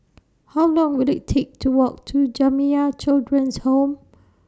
How Long Will IT Take to Walk to Jamiyah Children's Home